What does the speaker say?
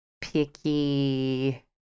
picky